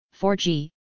4G